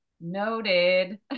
noted